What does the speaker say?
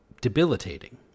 debilitating